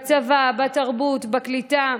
ובצבא, בתרבות, בקליטה.